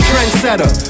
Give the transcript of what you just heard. Trendsetter